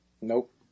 Nope